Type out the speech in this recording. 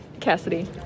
Cassidy